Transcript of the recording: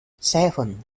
seven